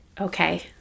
Okay